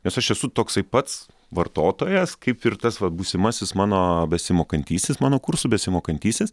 nes aš esu toksai pats vartotojas kaip ir tas va būsimasis mano besimokantysis mano kursų besimokantysis